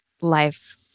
life